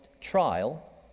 trial